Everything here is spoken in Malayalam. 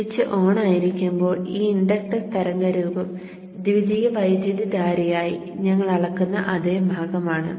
സ്വിച്ച് ഓണായിരിക്കുമ്പോൾ ഈ ഇൻഡക്ടർ തരംഗം രൂപം ദ്വിതീയ വൈദ്യുതധാരയായി ഞങ്ങൾ അളക്കുന്ന അതേ ഭാഗമാണ്